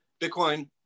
Bitcoin